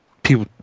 people